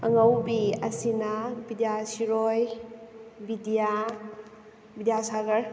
ꯑꯉꯧꯕꯤ ꯑꯁꯤꯅꯥ ꯕꯤꯗ꯭ꯌꯥꯁꯤꯔꯣꯏ ꯕꯤꯗꯤꯌꯥ ꯕꯤꯗ꯭ꯌꯥꯁꯥꯒꯔ